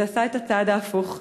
זה עשה את הצעד ההפוך.